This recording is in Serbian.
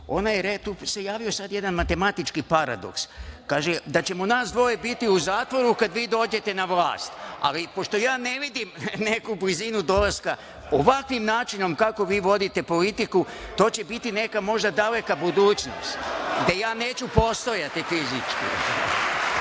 tu se javio sad jedan matematički paradoks. Kaže – da ćemo nas dvoje biti u zatvoru kad vi dođete na vlast, ali pošto ja ne vidim neku blizinu dolaska ovakvim načinom kako vi vodite politiku, to će biti neka možda daleka budućnost gde ja neću postojati fizički. Prema